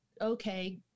okay